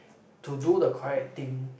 to do the correct thing